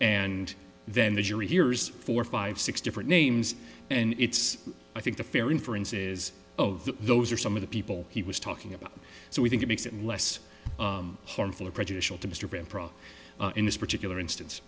and then the jury hears four five six different names and it's i think the fair inference is oh those are some of the people he was talking about so we think it makes it less harmful or prejudicial to mr van praagh in this particular instance